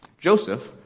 Joseph